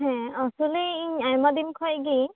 ᱦᱮᱸ ᱟᱥᱚᱞᱮ ᱤᱧ ᱟᱭᱢᱟ ᱫᱤᱱ ᱠᱷᱚᱡᱜᱮ